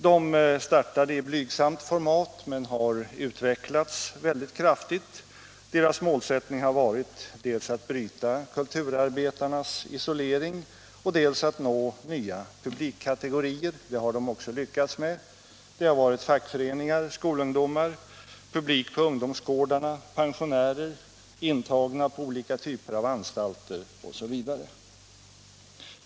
De startade i blygsamt format men har utvecklats kraftigt. Deras målsättning har varit dels att bryta kulturarbetarnas isolering, dels att nå nya publikkategorier. Det har de också lyckats med. Det har varit fackföreningar, skolungdomar, publik på ungdomsgårdarna, pensionärer, intagna på olika typer av anstalter osv.